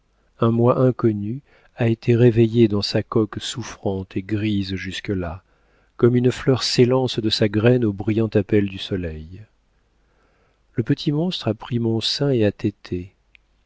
un moi inconnu a été réveillé dans sa coque souffrante et grise jusque-là comme une fleur s'élance de sa graine au brillant appel du soleil le petit monstre a pris mon sein et a teté